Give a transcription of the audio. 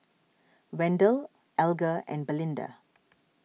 Wendell Alger and Belinda